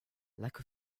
lack